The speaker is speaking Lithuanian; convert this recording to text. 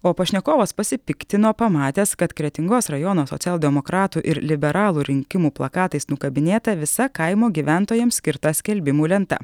o pašnekovas pasipiktino pamatęs kad kretingos rajono socialdemokratų ir liberalų rinkimų plakatais nukabinėta visa kaimo gyventojams skirta skelbimų lenta